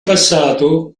passato